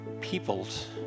peoples